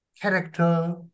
character